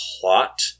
plot